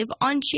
on